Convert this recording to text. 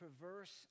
perverse